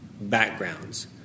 backgrounds